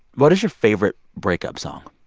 what is your favorite breakup song?